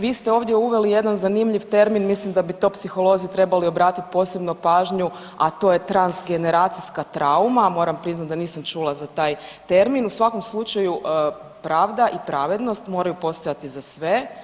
Vi ste ovdje uveli jedan zanimljiv termin, mislim da bi to psiholozi trebali obratiti posebno pažnju, a to je transgeneracijska trauma, moramo priznati da nisam čula za taj termin, u svakom slučaju pravda i pravednost moraju postojati za sve.